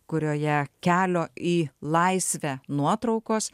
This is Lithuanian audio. kurioje kelio į laisvę nuotraukos